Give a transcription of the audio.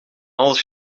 alles